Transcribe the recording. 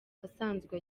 asanzwe